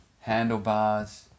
handlebars